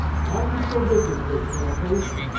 why you so wicked, great pale-face?